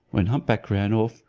when hump-back ran off,